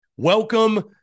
Welcome